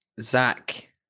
Zach